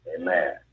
Amen